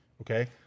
Okay